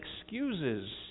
excuses